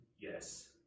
yes